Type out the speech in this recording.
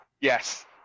yes